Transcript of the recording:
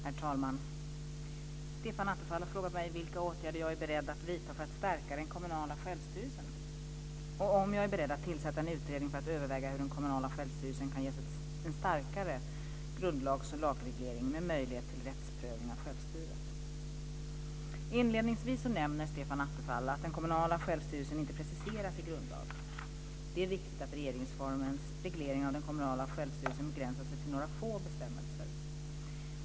Herr talman! Stefan Attefall har frågat mig vilka åtgärder jag är beredd att vidta för att stärka den kommunala självstyrelsen och om jag är beredd att tillsätta en utredning för att överväga hur den kommunala självstyrelsen kan ges en starkare grundlagsoch lagreglering med möjligheter till rättsprövning av självstyret. Inledningsvis nämner Stefan Attefall att den kommunala självstyrelsen inte preciseras i grundlag. Det är riktigt att regeringsformens reglering av den kommunala självstyrelsen begränsar sig till några få bestämmelser.